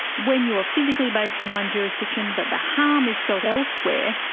when you are physically based in one jurisdiction but the harm is felt elsewhere,